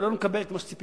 ולא נקבל את מה שציפינו,